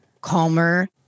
calmer